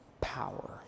Power